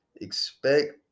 Expect